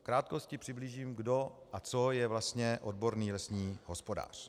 V krátkosti přiblížím, kdo a co je vlastně odborný lesní hospodář.